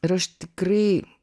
ir aš tikrai